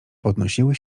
podnosiły